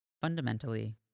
Fundamentally